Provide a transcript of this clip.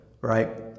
right